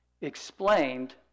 explained